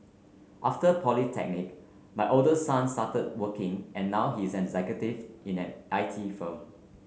after polytechnic my oldest son started working and now he's an executive in an I T firm